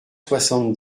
soixante